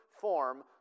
form